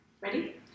Ready